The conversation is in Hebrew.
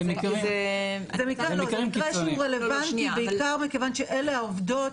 זה רלבנטי בעיקר בגלל שאלה העובדות.